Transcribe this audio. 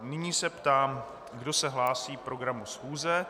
Nyní se ptám, kdo se hlásí k programu schůze.